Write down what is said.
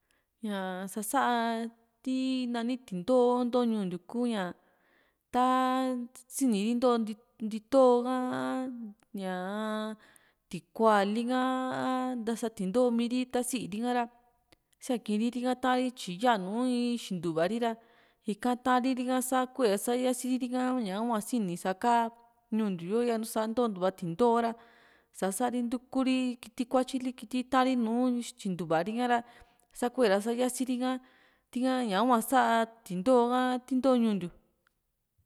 ña sa´sa ti nani tin´too nto ñuu ntiu ku´ña ta ta siniri nto ntíinto´o ha a ñaa tikua li´ha a ntasa tíinto mii´ri ta siiri ha´ra siakii´n ri ha tyi ya nùù tii xintuvari ra ika ta´n riri ka sa kuee sa yaasiri ri´ka ñahua sini sa ka ñuu ntiu yo yanu sa ntoo´ntua tíinto´o ra sa´sa ri ntuku ri kiti kuatyili kiti ta´an ri nùù xintuva ri ra sa kueer a sa yaasiri ri´ka ti´ha ñaa hua sa tíinto´o ha ti nto ñuu ntiu